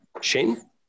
Shane